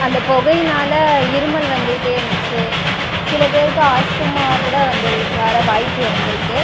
அந்தப் புகையினால இருமல் வந்துட்டே இருந்துச்சு சில பேருக்கு ஆஸ்துமா கூட வந்து வர வாய்ப்பு இருந்துருக்குது